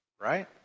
right